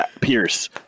Pierce